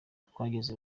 twageze